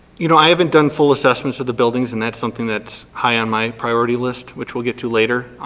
you know, i haven't done full assessments of the buildings and that's something that's high on my priority list, which we'll get to later.